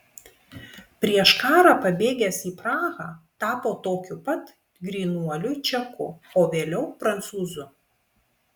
prieš karą pabėgęs į prahą tapo tokiu pat grynuoliu čeku o vėliau prancūzu